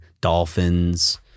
Dolphins